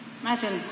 Imagine